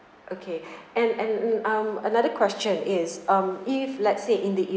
okay and and and um another question is um if let's say in the